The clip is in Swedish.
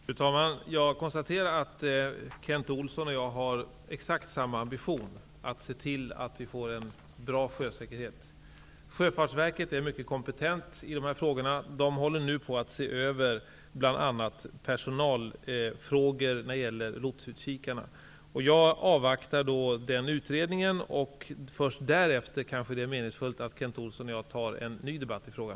Fru talman! Jag konstaterar att Kent Olsson och jag har exakt samma ambition, nämligen att se till att vi får en bra sjösäkerhet. Sjöfartsverket är mycket kompetent i dessa frågor. Verket håller nu på att se över bl.a. personalfrågor när det gäller lotsutkikarna. Jag avvaktar den utredningen. Först därefter kanske det är meningsfullt att Kent Olsson och jag har en ny debatt i frågan.